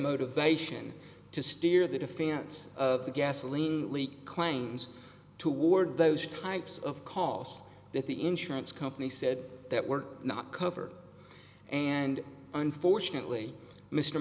motivation to steer the defense of the gasoline claims toward those types of costs that the insurance company said that were not covered and unfortunately mr